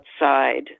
outside